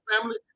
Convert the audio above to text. family